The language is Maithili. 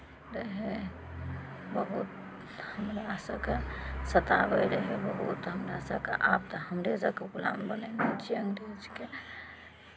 रहै बहुत हमरा सभकेँ सताबैत रहै बहुत हमरा सभकेँ आब तऽ हमरे सभकेँ गुलाम बनयने छियै अंग्रेजके